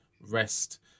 rest